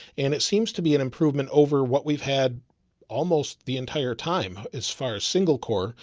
and it seems to be an improvement over what we've had almost the entire time, as far as single core.